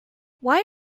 why